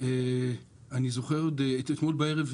אתמול בערב,